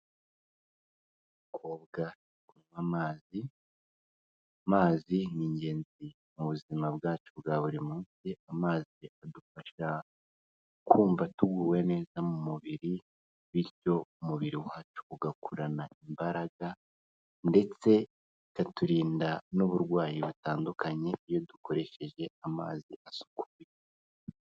Umukobwa uri kunywa amazi, amazi ni ingenzi mu buzima bwacu bwa buri munsi, amazi adufasha kumva tuguwe neza mu mubiri, bityo umubiri wacu ugakurana imbaraga ndetse ikaturinda n'uburwayi butandukanye, iyo dukoresheje amazi asuku.